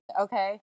Okay